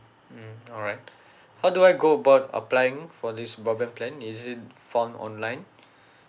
mm alright how do I go about applying for this broadband plan is it found online